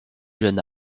jeune